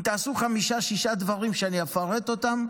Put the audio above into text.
אם תעשו חמישה, שישה דברים, שאני אפרט אותם,